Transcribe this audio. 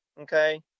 Okay